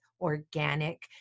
organic